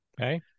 Okay